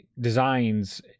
designs